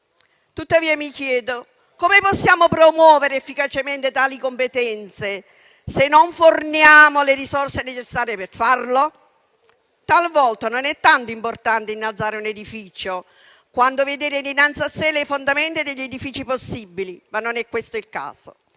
Tuttavia, mi chiedo come possiamo promuovere efficacemente tali competenze se non forniamo le risorse necessarie per farlo. Talvolta non è tanto importante innalzare un edificio, quanto vedere dinanzi a sé le fondamenta degli edifici possibili, ma non è questo il caso.